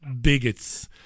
bigots